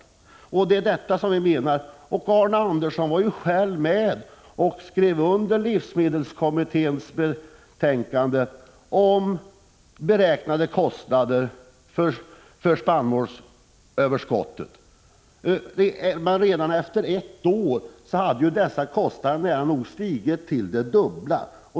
Arne Andersson var ju själv med om att skriva under livsmedelskommitténs betänkande om beräknade kostnader för spannmålsöverskottet. Redan efter ett år hade dessa kostnader stigit till nära nog det dubbla.